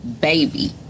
baby